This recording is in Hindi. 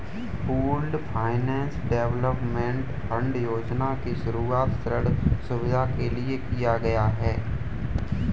पूल्ड फाइनेंस डेवलपमेंट फंड योजना की शुरूआत ऋण सुविधा के लिए किया गया है